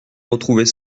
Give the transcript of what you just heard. retrouver